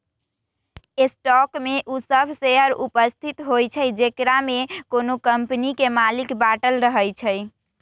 stock में उ सभ शेयर उपस्थित होइ छइ जेकरामे कोनो कम्पनी के मालिक बाटल रहै छइ